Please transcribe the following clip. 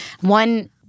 one